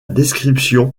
description